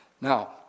Now